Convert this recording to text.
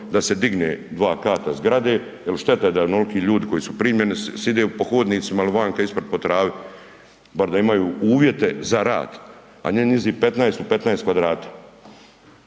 da se digne kata zgrade jer šteta je da onoliko ljudi koji su primljeni sjede po hodnicima ili vanka ispred po travi, bar da imaju uvjete za rad a ne njih 15 u 15 kvadrata.